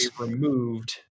removed